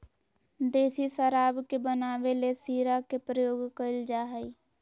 देसी शराब के बनावे ले शीरा के प्रयोग कइल जा हइ